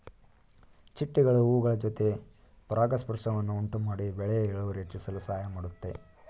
ಚಿಟ್ಟೆಗಳು ಹೂಗಳ ಜೊತೆ ಪರಾಗಸ್ಪರ್ಶವನ್ನು ಉಂಟುಮಾಡಿ ಬೆಳೆಯ ಇಳುವರಿ ಹೆಚ್ಚಿಸಲು ಸಹಾಯ ಮಾಡುತ್ತೆ